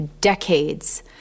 decades